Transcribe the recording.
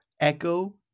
Echo